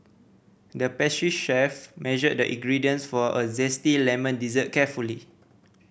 the pastry chef measured the ingredients for a zesty lemon dessert carefully